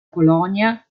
colonia